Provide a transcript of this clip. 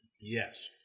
Yes